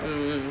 mm mm